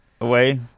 away